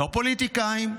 לא פוליטיקאים,